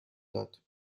داد